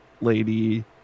lady